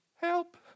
help